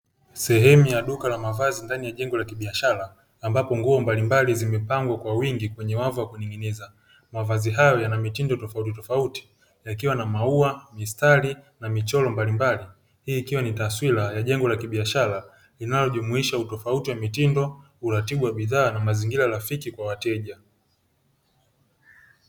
Sehemu ya duka la mavazi ndani ya jengo la kibiashara, ambapo nguo mbalimbali zimepangwa kwa wingi kwenye wavu wa kuning'iniza. Mavazi hayo yana mitindo tofautitofauti yakiwa na maua, mistari na michoro mbalimbali; hii ikiwa ni taswira ya jengo la kibiashara linalojumuisha utofauti wa mitindo, uratibu wa bidhaa na mazingira rafiki kwa wateja.